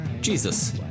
Jesus